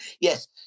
Yes